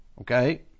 okay